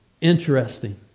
interesting